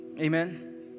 Amen